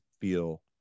feel